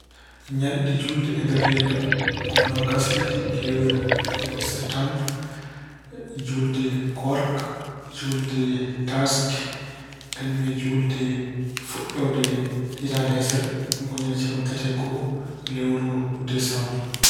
Ñalɗi juulde e nder leydi am ko noogaas e ɗiɗi lewru settaabar, juulde koorka, juulde taaske, kañum e juulde fuɗɗoode hitaande hesere, ɗum ko ñande capanɗe tati e go'o lewru desaambar.